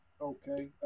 Okay